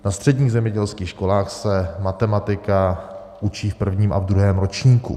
Na středních zemědělských školách se matematika učí v prvním a v druhém ročníku.